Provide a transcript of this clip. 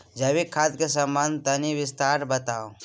जैविक खाद के संबंध मे तनि विस्तार स बताबू?